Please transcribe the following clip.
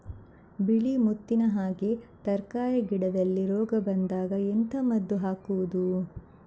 ಬಿಳಿ ಮುತ್ತಿನ ಹಾಗೆ ತರ್ಕಾರಿ ಗಿಡದಲ್ಲಿ ರೋಗ ಬಂದಾಗ ಎಂತ ಮದ್ದು ಹಾಕುವುದು?